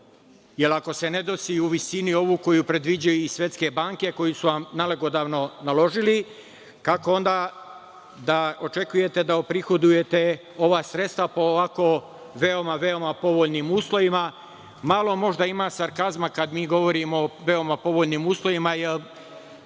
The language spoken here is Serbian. jer ako se ne desi u ovoj visini koju predviđa Svetska banka, koju su nalogodavno naložili, kako onda da očekujete da prihodujete ova sredstva po ovako veoma, veoma povoljnim uslovima? Malo možda ima sarkazma kada mi govorimo o veoma povoljnim uslovima, jer,